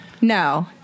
no